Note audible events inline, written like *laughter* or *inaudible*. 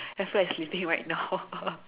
I feel like sleeping right now *laughs*